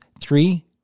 Three